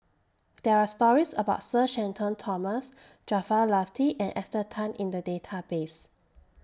There Are stories about Sir Shenton Thomas Jaafar Latiff and Esther Tan in The Database